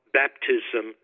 baptism